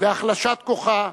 והחלשת כוחה,